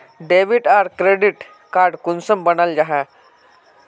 Debit आर credit card कुंसम बनाल जाहा?